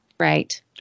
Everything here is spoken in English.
Right